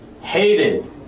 hated